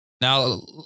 Now